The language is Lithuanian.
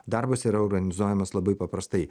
darbas yra organizuojamas labai paprastai